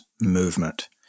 movement